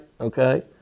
Okay